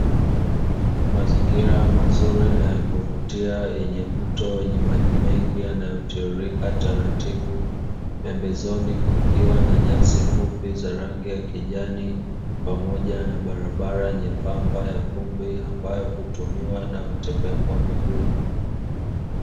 Mazingira mazuri na kuvutia yenye mto wenye maji mengi yanayotiririka taratibu, pembezoni kukiwa na nyasi fupi za rangi ya kijani, pamoja na barabara nyembamba ya vumbi ambayo hutumiwa na watembea kwa miguu.